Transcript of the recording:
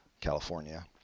California